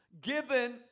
given